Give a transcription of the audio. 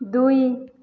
ଦୁଇ